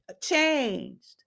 changed